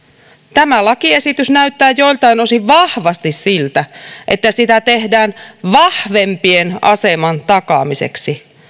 tämä lakiesitys näyttää joiltain osin vahvasti siltä että sitä tehdään vahvempien aseman takaamiseksi